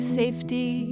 safety